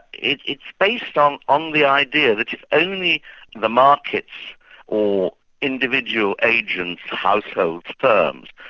it's it's based on on the idea that if only the markets or individual agents, households, firms,